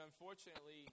unfortunately